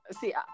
See